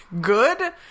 good